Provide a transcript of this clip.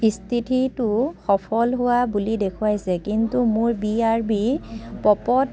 স্থিতিটো সফল হোৱা বুলি দেখুৱাইছে কিন্তু মোৰ বি আৰ বি প'পড